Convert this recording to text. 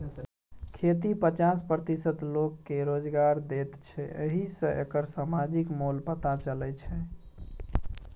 खेती पचास प्रतिशत लोककेँ रोजगार दैत छै एहि सँ एकर समाजिक मोल पता चलै छै